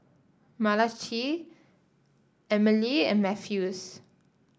Malachi Emilie and Mathews